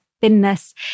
thinness